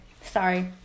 Sorry